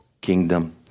kingdom